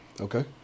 Okay